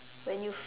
when you